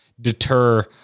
deter